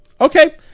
Okay